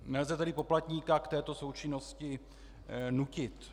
Nelze tedy poplatníka k této součinnosti nutit.